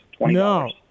No